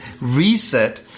Reset